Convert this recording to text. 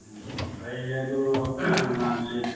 ꯎꯝ ꯐꯩꯌꯦ ꯑꯗꯨ ꯑꯉꯥꯡꯁꯤ